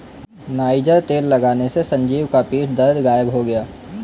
niger तेल लगाने से संजीव का पीठ दर्द गायब हो गया